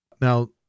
Now